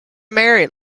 married